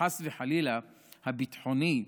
וחס וחלילה הביטחוני,